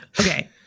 Okay